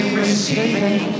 receiving